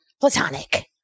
Platonic